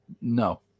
No